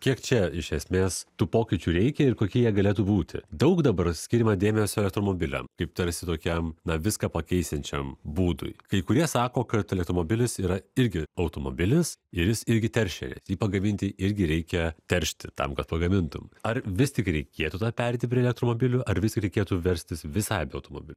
kiek čia iš esmės tų pokyčių reikia ir kokie jie galėtų būti daug dabar skiriama dėmesio elektromobiliam kaip tarsi tokiam na viską pakeisiančiam būdui kai kurie sako kad elektromobilis yra irgi automobilis ir jis irgi teršia jį pagaminti irgi reikia teršti tam kad pagamintum ar vis tik reikėtų tada pereiti prie elektromobilių ar visgi reikėtų verstis visai be automobi